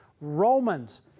Romans